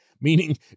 Meaning